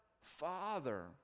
father